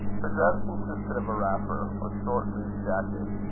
her dress consisted of a wrapper, or short loose jacket,